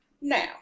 Now